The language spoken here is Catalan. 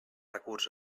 recurs